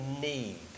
need